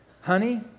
honey